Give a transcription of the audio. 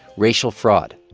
racial fraud.